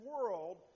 world